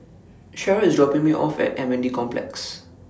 Cherrelle IS dropping Me off At M N D Complex